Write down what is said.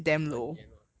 很严 lor